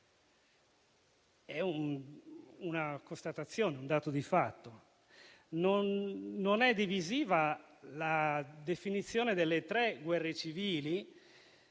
ma una constatazione, un dato di fatto. Non è divisiva la definizione delle tre guerre civili